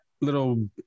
little